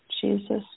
Jesus